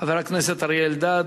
חבר הכנסת אריה אלדד,